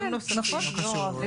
לא קשור.